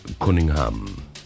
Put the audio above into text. Cunningham